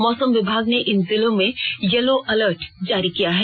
मौसम विभाग ने इन जिलों में येल्लो अलर्ट जारी किया है